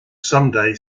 someday